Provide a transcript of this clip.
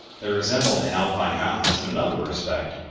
they resembled the alpine mountains in another respect,